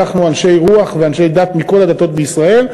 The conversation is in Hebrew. לקחנו אנשי רוח ואנשי דת מכל הדתות בישראל,